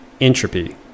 entropy